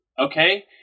okay